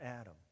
Adam